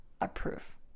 approve